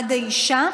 למעמד האישה.